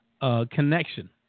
connection